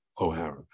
O'Hara